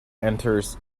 enters